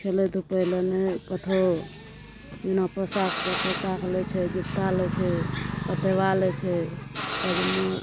खेलै धूपै लए नहि कतौ बिना पोशाके पोसाख लै छै जुत्ता लै छै पतेबा लै छै पैजमा